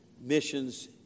missions